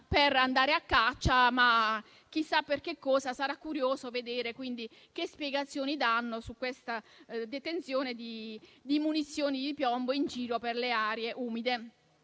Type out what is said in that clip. per andare a caccia ma chissà per cosa. Sarà curioso vedere quindi che spiegazioni verranno date per la detenzione di munizioni di piombo in giro per le aree umide.